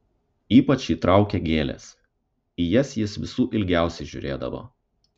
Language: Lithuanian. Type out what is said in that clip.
ypač jį traukė gėlės į jas jis visų ilgiausiai žiūrėdavo